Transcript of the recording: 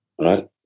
Right